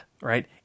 right